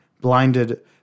blinded